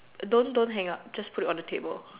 don't don't hang up just put it on the table